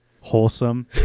wholesome